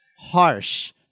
harsh